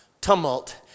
tumult